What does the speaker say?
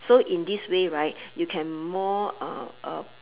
so in this way right you can more uh uh